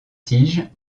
tige